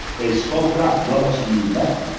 they spoke up. what else do you want?